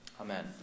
Amen